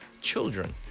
children